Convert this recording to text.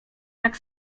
tak